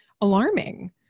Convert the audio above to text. alarming